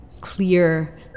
clear